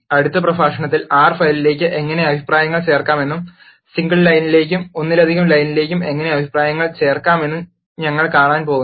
അടുത്ത പ്രഭാഷണത്തിൽ ആർ ഫയലിലേക്ക് എങ്ങനെ അഭിപ്രായങ്ങൾ ചേർക്കാമെന്നും സിംഗിൾ ലൈനിലേക്കും ഒന്നിലധികം ലൈനുകളിലേക്കും എങ്ങനെ അഭിപ്രായങ്ങൾ ചേർക്കാമെന്നും ഞങ്ങൾ കാണാൻ പോകുന്നു